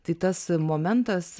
tai tas momentas